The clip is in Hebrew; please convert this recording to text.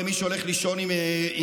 הרי: מי שהולך לישון עם כלבים,